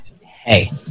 Hey